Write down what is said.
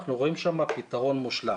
אנחנו רואים שם פתרון מושלם.